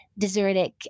desertic